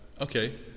okay